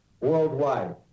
worldwide